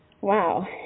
Wow